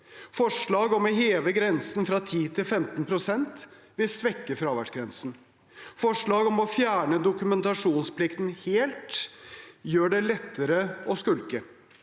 Forslaget om å heve grensen fra 10 til 15 pst. vil svekke fraværsgrensen, forslaget om å fjerne dokumentasjonsplikten helt gjør det lettere å skulke,